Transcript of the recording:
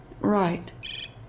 right